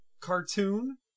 cartoon